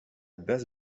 basse